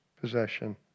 possession